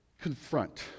confront